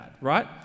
right